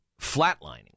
flatlining